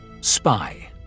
Spy